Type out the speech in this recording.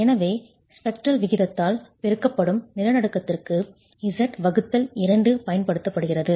எனவே ஸ்பெக்ட்ரல் விகிதத்தால் பெருக்கப்படும் நிலநடுக்கத்திற்கு Z2 பயன்படுத்தப்படுகிறது